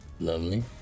Lovely